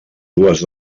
dues